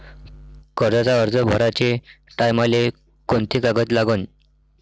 कर्जाचा अर्ज भराचे टायमाले कोंते कागद लागन?